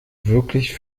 wirklich